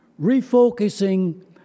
Refocusing